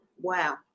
wow